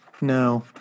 No